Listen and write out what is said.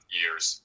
years